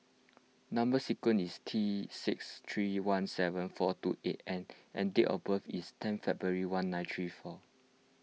Number Sequence is T six three one seven four two eight N and date of birth is ten February one nine three four